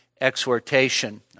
exhortation